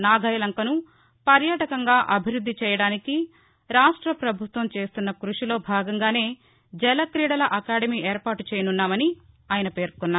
నాగాయలంకను పర్యాటకంగా అభివృద్ది చేయడానికి రాష్ట ప్రభుత్వం చేస్తున్న కృషిలో భాగంగానే జల క్రీడల అకాడమీ ఏర్పాటు చేయనున్నారని తెలిపారు